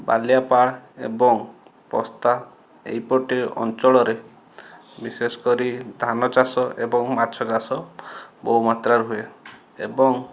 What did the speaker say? ବାଲିଆପାଳ ଏବଂ ବସ୍ତା ଏଇପଟେ ଅଞ୍ଚଳରେ ବିଶେଷ କରି ଧାନ ଚାଷ ଏବଂ ମାଛ ଚାଷ ବହୁ ମାତ୍ରାରେ ହୁଏ ଏବଂ